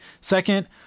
Second